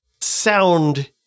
sound